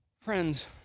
Friends